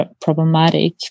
problematic